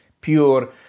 pure